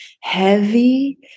Heavy